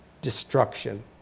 Destruction